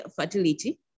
fertility